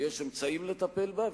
ויש אמצעים לטפל בה,